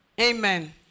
Amen